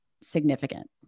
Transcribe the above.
significant